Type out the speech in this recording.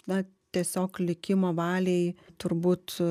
na tiesiog likimo valiai turbūt